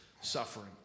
suffering